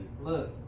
Look